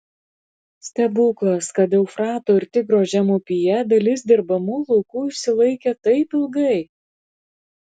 stebuklas kad eufrato ir tigro žemupyje dalis dirbamų laukų išsilaikė taip ilgai